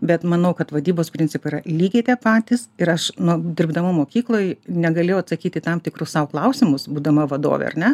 bet manau kad vadybos principai yra lygiai tie patys ir aš nu dirbdama mokykloj negalėjau atsakyti į tam tikrus sau klausimus būdama vadove ar ne